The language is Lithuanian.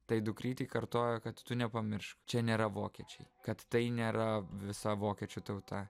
tai dukrytei kartojo kad tu nepamiršk čia nėra vokiečiai kad tai nėra visa vokiečių tauta